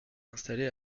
installée